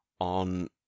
on